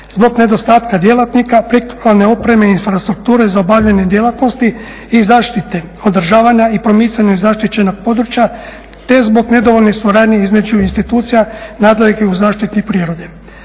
zbog nedostatka djelatnika, prikladne opreme infrastrukture za obavljanje djelatnosti i zaštite održavanja i promicanja zaštićenog područja te zbog nedovoljnih suradnji između institucija … u zaštiti prirode.